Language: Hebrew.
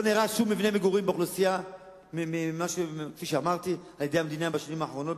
לא נהרס שום מבנה מגורים לאוכלוסייה על-ידי המדינה בשנים האחרונות,